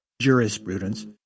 jurisprudence